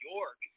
York